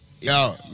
Yo